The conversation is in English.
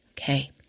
Okay